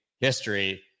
history